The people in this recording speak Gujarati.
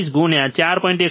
720 4